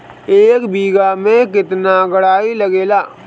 एक बिगहा में केतना डाई लागेला?